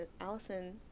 allison